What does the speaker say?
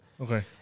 Okay